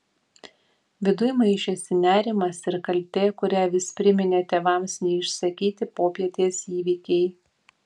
viduj maišėsi nerimas ir kaltė kurią vis priminė tėvams neišsakyti popietės įvykiai